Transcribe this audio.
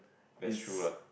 that's true lah